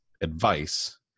advice